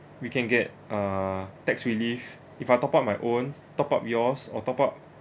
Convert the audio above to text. we can get uh tax relief if I top up my own top up yours or top up